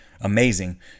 amazing